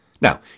Now